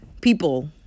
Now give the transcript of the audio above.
people